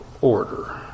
order